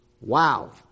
Wow